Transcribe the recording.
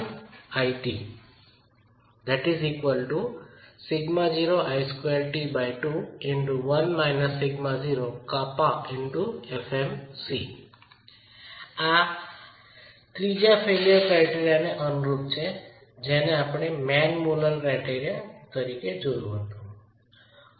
આ ત્રીજા ફેઇલ્યર ક્રાઈટરિયાને અનુરૂપ છે જેને આપણે મેન મુલર ક્રાઈટરિયામાં જોયું હતું